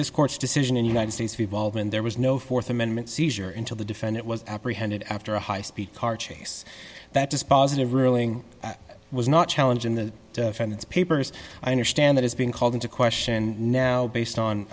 this court's decision in united states we've all been there was no th amendment seizure into the defendant was apprehended after a high speed car chase that dispositive ruling was not challenging the senate's papers i understand that is being called into question now based on